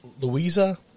Louisa